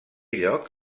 lloc